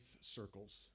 circles